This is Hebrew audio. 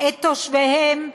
את תושביהן,